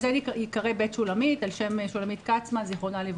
זה ייקרא בית שולמית על שם שולמית כצמן ז"ל,